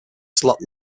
slot